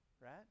right